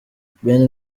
ben